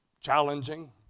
challenging